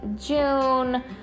June